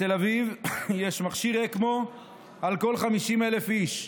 בתל אביב יש מכשיר אקמו על כל 50,000 איש.